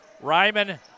Ryman